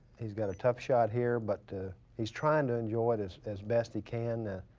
he's got a tough shot here, but to he's trying to enjoy this as best he can.